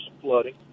flooding